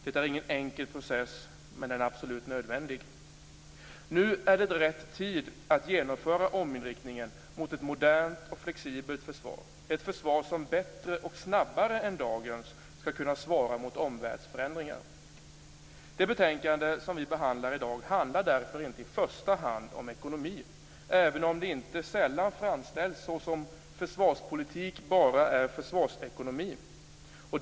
Det är ingen enkel process, men den är absolut nödvändig. Nu är det rätt tid att genomföra ominriktningen mot ett modernt och flexibelt försvar. Det skall vara ett försvar som bättre och snabbare än dagens skall kunna svara mot omvärldsförändringar. Det betänkande som vi behandlar i dag handlar därför inte i första hand om ekonomi, även om det inte sällan framställs som om försvarspolitik bara är försvarsekonomi.